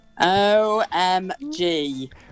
OMG